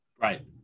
Right